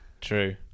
true